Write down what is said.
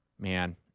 Man